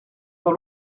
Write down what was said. dans